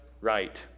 right